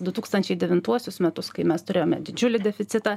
du tūkstančiai devintuosius metus kai mes turėjome didžiulį deficitą